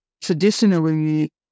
traditionally